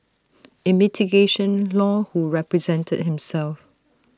in mitigation law who represented himself